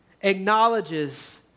acknowledges